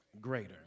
greater